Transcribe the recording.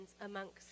amongst